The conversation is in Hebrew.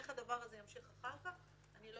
איך הדבר הזה ימשיך אחר כך אני לא